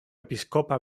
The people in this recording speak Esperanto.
episkopa